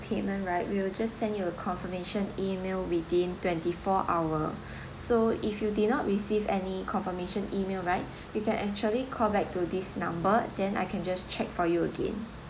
payment right we will just send you a confirmation email within twenty four hour so if you did not receive any confirmation email right you can actually call back to this number then I can just check for you again